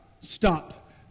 stop